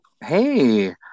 Hey